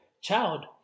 child